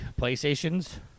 PlayStation's